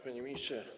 Panie Ministrze!